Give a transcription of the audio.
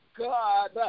God